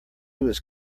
was